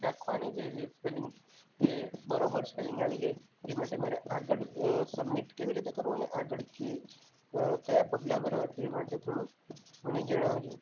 રાખવાની જે સ્પેલિંગ તે બરોબર સ્પેલિંગ આવી જાય તે માટે મારે આગળ સબમિટ કેવી રીતે કરવું અને આગળ કે કયાં પગલાં ભરવા તે માટે થોડું મને જણાવજો